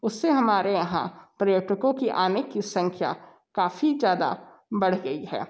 उससे हमारे यहाँ पर्यटकों की आने की संख्या काफ़ी ज़्यादा बढ़ गई है